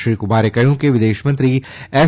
શ્રી કુમારે કહ્યું કે વિદેશમંત્રી એસ